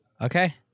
Okay